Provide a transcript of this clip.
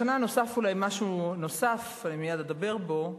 השנה נוסף אולי משהו, ומייד אדבר בו,